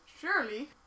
Surely